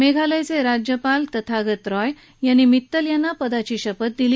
मेघालयचे राज्यपाल तथागत रॉय यांनी मित्तल यांना पदाची शपथ दिली